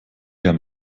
herr